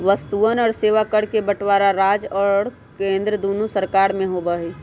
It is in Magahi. वस्तुअन और सेवा कर के बंटवारा राज्य और केंद्र दुन्नो सरकार में होबा हई